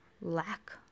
lack